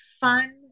fun